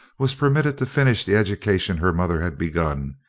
was permitted to finish the education her mother had begun,